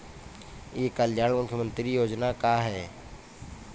ई कल्याण मुख्य्मंत्री योजना का है?